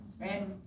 right